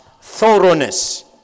thoroughness